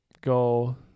go